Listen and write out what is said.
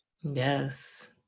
Yes